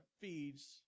feeds